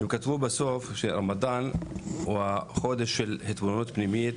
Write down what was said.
הם כתבו בסוף שהרמדאן או החודש של התבוננות פנימית,